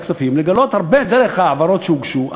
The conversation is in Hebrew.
הכספים לגלות הרבה דרך ההעברות שהוגשו,